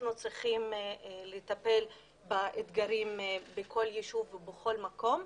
אנחנו צריכים לטפל באתגרים בכל ישוב ובכל מקום.